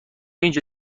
اینجا